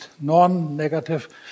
non-negative